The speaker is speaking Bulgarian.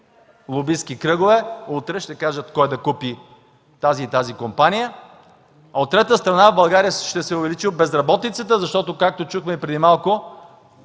лобистки кръгове. Утре ще кажат кой да купи тази и тази компания. От трета страна, в България ще се увеличи безработицата, защото, както чухме преди малко,